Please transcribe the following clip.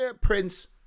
prince